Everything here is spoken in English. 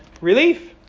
relief